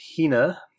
Hina